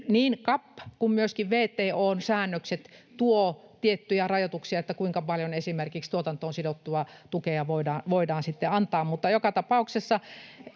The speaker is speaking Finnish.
niin CAP kuin myöskin WTO:n säännökset tuovat tiettyjä rajoituksia siihen, kuinka paljon esimerkiksi tuotantoon sidottua tukea voidaan antaa. Mutta joka tapauksessa